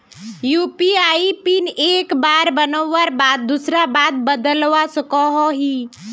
UPI pin एक बार बनवार बाद दूसरा बार बदलवा सकोहो ही?